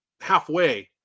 halfway